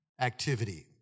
activity